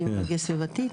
אפידמיולוגיה סביבתית.